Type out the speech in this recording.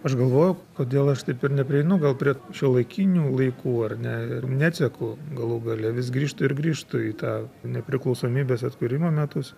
aš galvoju kodėl aš taip ir neprieinu gal prie šiuolaikinių laikų ar ne ir neatseku galų gale vis grįžtu ir grįžtu į tą nepriklausomybės atkūrimo metus